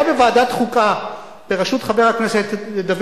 היה בוועדת החוקה בראשות חבר הכנסת דוד